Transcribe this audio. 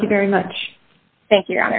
thank you very much thank you